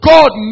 God